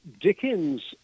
Dickens